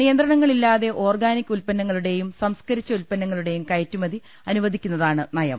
നിയന്ത്രണങ്ങളില്ലാതെ organic ഉൽപ്പന്നങ്ങളുടെയും സംസ്കരിച്ച ഉൽപ്പന്നങ്ങളു ടെയും കയറ്റുമതി അനുവദിക്കുന്നതാണ് നയം